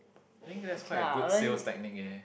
think that is quite a good sales technique eh